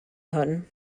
hwn